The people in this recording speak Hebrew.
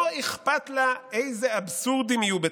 לא אכפת לה איזה אבסורדים יהיו בתוכה,